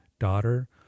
daughter